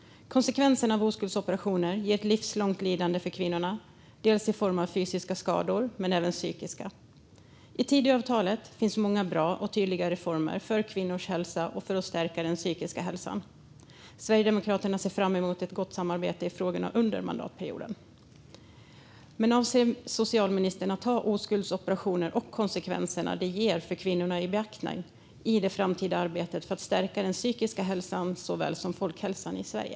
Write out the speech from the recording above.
Konsekvenserna av oskuldsoperationer ger ett livslångt lidande för kvinnorna i form av fysiska skador men även i form av psykiska skador. I Tidöavtalet finns många bra och tydliga reformer för kvinnors hälsa och för att stärka den psykiska hälsan. Sverigedemokraterna ser fram emot ett gott samarbete i frågorna under mandatperioden. Avser socialministern att ta oskuldsoperationer och konsekvenserna som de ger för kvinnorna i beaktande i det framtida arbetet för att stärka såväl den psykiska hälsan som folkhälsan i Sverige?